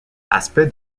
aspects